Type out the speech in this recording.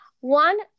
One